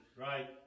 Right